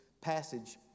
passage